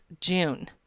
June